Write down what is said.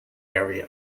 area